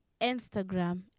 Instagram